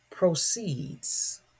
Proceeds